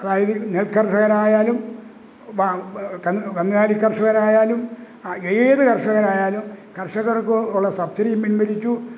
അതായത് നെൽകർഷകനായാലും കന്ന് കന്നുകാലി കർഷകരായാലും ഏത് കർഷകനായാലും കർഷകർക്ക് ഉള്ള സബ്സിഡിയും പിൻവലിച്ചു